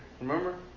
Remember